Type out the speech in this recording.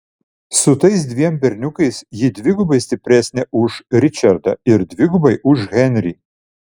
su tais dviem berniukais ji dvigubai stipresnė už ričardą ir dvigubai už henrį